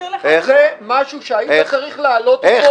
זה משהו שהיית צריך להעלות אותו -- איך?